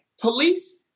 police